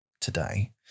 today